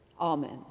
Amen